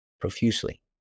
profusely